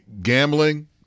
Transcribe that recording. Gambling